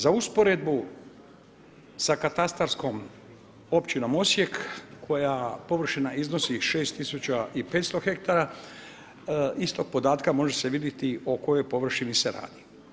Za usporedbu sa katastarskom općinom Osijek, koja površina iznosi 6500 hektara, iz tog podatka može se vidjeti o kojoj površini se radi.